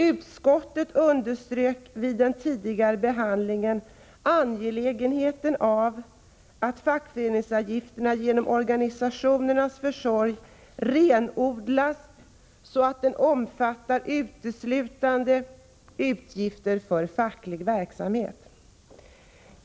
Utskottet underströk vid den tidigare behandlingen angelägenheten av att fackföreningsavgiften genom organisationernas försorg renodlades så att den omfattade uteslutande utgifter för facklig verksamhet.